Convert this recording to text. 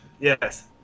yes